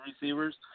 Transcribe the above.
receivers